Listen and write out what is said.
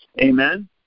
Amen